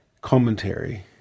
commentary